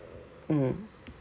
mm